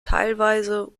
teilweise